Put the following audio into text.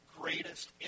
greatest